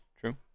True